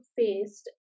faced